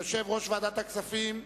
יושב-ראש ועדת הכספים,